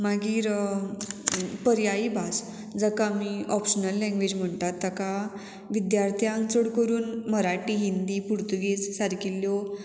मागीर पर्यायी भास जाका आमी ऑप्शनल लँग्वेज म्हणटात ताका विद्यार्थ्यांक चड करून मराठी हिंदी पुर्तुगीज सारकिल्ल्यो